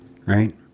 right